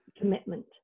commitment